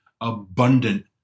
abundant